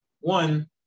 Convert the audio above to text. one